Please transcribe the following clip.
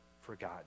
forgotten